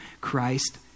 Christ